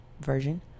Version